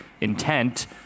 intent